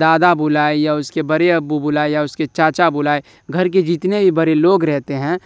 دادا بلائے یا اس کے بڑے ابو بلائے یا اس کے چاچا بلائے گھر کے جتنے بھی بڑے لوگ رہتے ہیں